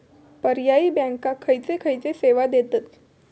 पर्यायी बँका खयचे खयचे सेवा देतत?